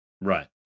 Right